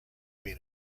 been